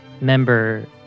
member